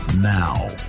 Now